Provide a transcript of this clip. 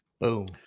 boom